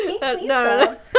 No